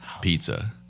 pizza